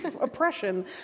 oppression